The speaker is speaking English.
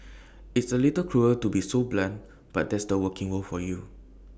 it's A little cruel to be so blunt but that's the working world for you